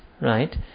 right